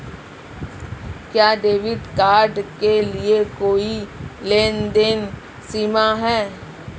क्या debit card के लिए कोई लेनदेन सीमा है?